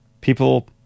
people